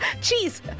cheese